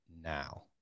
now